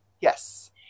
Yes